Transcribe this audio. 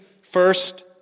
first